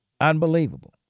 Unbelievable